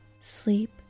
Sleep